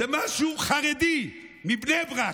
זה משהו חרדי, מבני ברק.